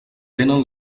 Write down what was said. tenen